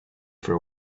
for